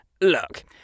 Look